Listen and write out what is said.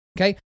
Okay